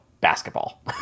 basketball